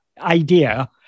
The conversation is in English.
idea